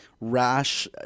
rash